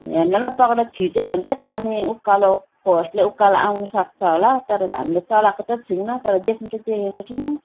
हेन्डलमा पक्रिएर थिच्यो भने चाहिँ पानी उकालो फोर्सले उकालो आउनु सक्छ होला तर हामी चलाएको चाहिँ छैनौँ तर देख्नु चाहिँ देखेको छौँ